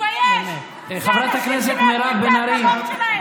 תתבייש לך שאתה מדבר על החקלאים,